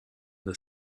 the